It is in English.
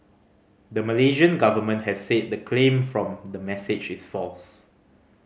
the Malaysian government has said the claim from the message is false